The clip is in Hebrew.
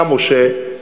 אתה, משה,